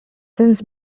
since